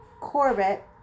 Corbett